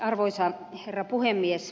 arvoisa herra puhemies